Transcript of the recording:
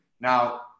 Now